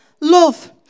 Love